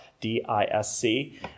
D-I-S-C